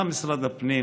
מה משרד הפנים?